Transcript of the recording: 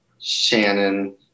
Shannon